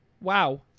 Wow